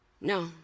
No